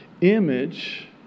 image